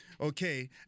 Okay